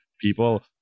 people